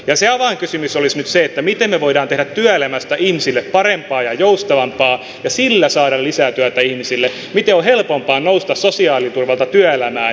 se avainkysymys olisi nyt se miten me voimme tehdä työelämästä ihmisille parempaa ja joustavampaa ja sillä saada lisätyötä ihmisille ja miten on helpompaa nousta sosiaaliturvalta työelämään